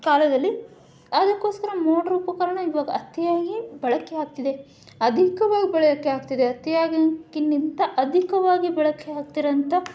ಕಾಲದಲ್ಲಿ ಅದಕ್ಕೋಸ್ಕರ ಮೋಟ್ರ್ ಉಪಕರಣ ಇವಾಗ ಅತಿಯಾಗಿ ಬಳಕೆಯಾಗ್ತಿದೆ ಅಧಿಕವಾಗಿ ಬಳಕೆ ಆಗ್ತಿದೆ ಅತಿಯಾಗಿ ಕಿಂತ ಅಧಿಕವಾಗಿ ಬಳಕೆ ಆಗ್ತಿರೋಂಥ